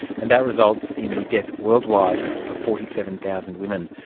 and that results in the death worldwide of forty seven thousand women.